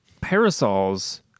parasols